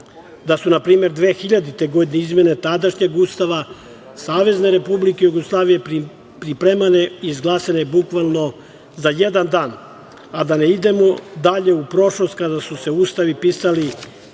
Da su, na primer, 2000. godine izmene tadašnjeg Ustava SR Jugoslavije pripremane i izglasane bukvalno za jedan dan, a da ne idemo dalje u prošlost, kada su se ustavi pisali